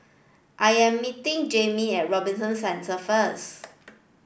I am meeting Jaimie at Robinson Centre first